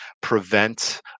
prevent